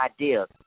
ideas